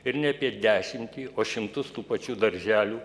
ir ne apie dešimtį o šimtus tų pačių darželių